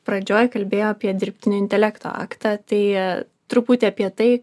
pradžioj kalbėjo apie dirbtinio intelekto aktą tai truputį apie tai